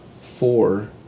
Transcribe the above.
four